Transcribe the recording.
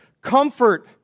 comfort